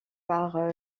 par